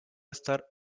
estar